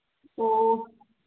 ꯑꯣ